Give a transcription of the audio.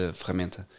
ferramenta